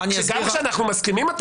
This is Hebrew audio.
גם כשאנחנו מסכימים אתה